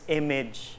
image